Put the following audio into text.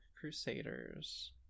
Crusaders